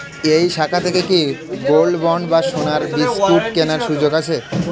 এই শাখা থেকে কি গোল্ডবন্ড বা সোনার বিসকুট কেনার সুযোগ আছে?